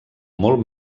molt